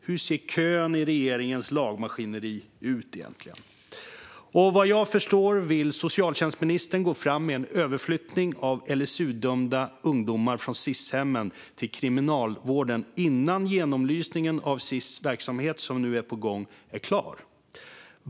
Hur ser kön i regeringens lagmaskineri egentligen ut? Vad jag förstår vill socialtjänstministern gå fram med en överflyttning av LSU-dömda ungdomar från Sis-hemmen till Kriminalvården innan den genomlysning av Sis verksamhet som nu är på gång är klar.